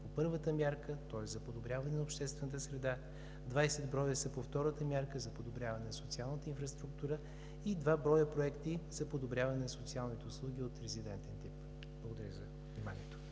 по първата мярка, тоест за подобряване на обществената среда, 20 броя са по втората мярка – за подобряване на социалната инфраструктура, и два броя проекти – за подобряване на социалните услуги от резидентен тип. Благодаря за вниманието.